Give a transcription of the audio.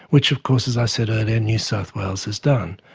which of course as i said earlier new south wales has done.